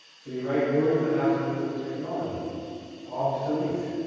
so, you write words that have to do with technology obsolete,